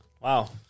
Wow